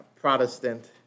Protestant